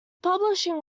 publishing